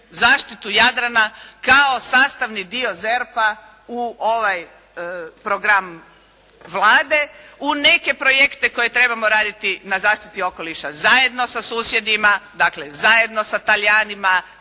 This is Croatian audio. zaštitu Jadrana kao sastavni dio ZERP-a u ovaj program Vlade u neke projekte koje trebamo raditi na zaštiti okoliša zajedno sa susjedima, dakle zajedno sa Talijanima,